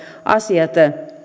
asioissa